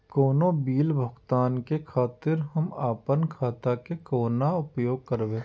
कोनो बील भुगतान के खातिर हम आपन खाता के कोना उपयोग करबै?